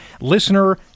listener